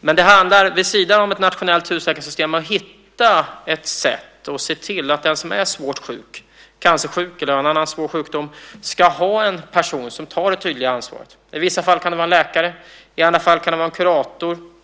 Men det handlar vid sidan om ett nationellt husläkarsystem om att hitta ett sätt att se till att den som är svårt sjuk, cancersjuk eller har en annan svår sjukdom, ska ha en person som tar det tydliga ansvaret. I vissa fall kan det vara en läkare i andra fall kan det vara en kurator.